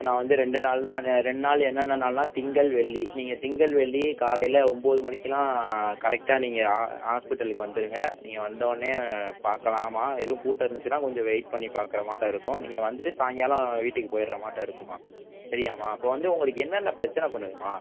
நான் வந்து ரெண்டு நாள்னா நெ ரெண்டு நாள் என்னென்ன நாள்னால் திங்கள் வெள்ளி நீங்கள் திங்கள் வெள்ளி காலையில் ஒம்பது மணிக்கெலாம் கரெக்டாக நீங்கள் ஆ ஹாஸ்பிட்டலுக்கு வந்துடுங்க நீங்கள் வந்தோடன்னே பார்க்கலாம்மா எதுவும் கூட்டம் இருந்துச்சுன்னால் கொஞ்சம் வெயிட் பண்ணி பார்க்குற மாட்டம் இருக்கும் நீங்கள் வந்துட்டு சாயுங்காலம் வீட்டுக்கு போயிடுற மாட்டம் இருக்கும்மா சரியாம்மா இப்போ வந்து உங்களுக்கு என்னனென்ன பிரச்சனை பண்ணுதும்மா